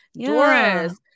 Doris